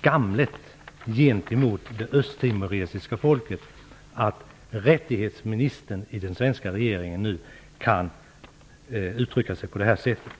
skamligt gentemot det östtimoresiska folket att ministern för de mänskliga rättigheterna i den svenska regeringen uttrycker sig på det här sättet.